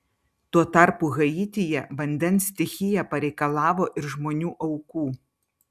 tuo tarpu haityje vandens stichija pareikalavo ir žmonių aukų